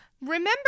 Remember